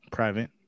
Private